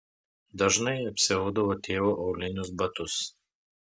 dažnai apsiaudavo tėvo aulinius batus